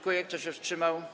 Kto się wstrzymał?